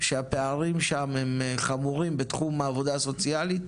שהפערים שם הם חמורים בתחום העבודה הסוציאלית